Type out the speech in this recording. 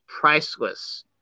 priceless